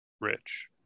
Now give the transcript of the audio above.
rich